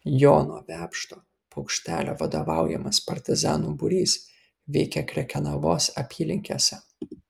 jono vepšto paukštelio vadovaujamas partizanų būrys veikė krekenavos apylinkėse